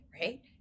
right